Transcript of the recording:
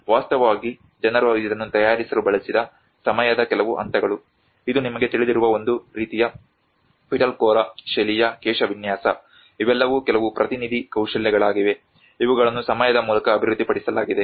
ವಾಸ್ತವವಾಗಿ ಜನರು ಇದನ್ನು ತಯಾರಿಸಲು ಬಳಸಿದ ಸಮಯದ ಕೆಲವು ಹಂತಗಳು ಇದು ನಿಮಗೆ ತಿಳಿದಿರುವ ಒಂದು ರೀತಿಯ ಪಿಟಲ್ಖೋರಾ ಶೈಲಿಯ ಕೇಶವಿನ್ಯಾಸ ಇವೆಲ್ಲವೂ ಕೆಲವು ಪ್ರತಿನಿಧಿ ಕೌಶಲ್ಯಗಳಾಗಿವೆ ಇವುಗಳನ್ನು ಸಮಯದ ಮೂಲಕ ಅಭಿವೃದ್ಧಿಪಡಿಸಲಾಗಿದೆ